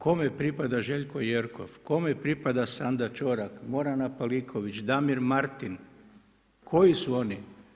Kome pripada Željko Jerkov, kome pripada Sanda Čorak, Morana Paliković, Damir Martin, koji su oni?